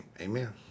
amen